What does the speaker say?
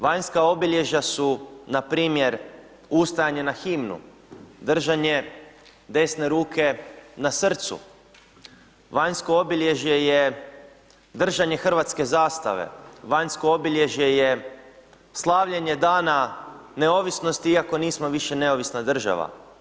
Vanjska obilježja su npr. ustajanje na himnu, držanje desne ruke na srcu, vanjsko obilježje je držanje hrvatske zastave, vanjsko obilježje je slavljenje Dana neovisnosti iako nismo više neovisna država.